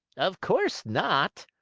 of course not!